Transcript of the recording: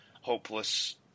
hopeless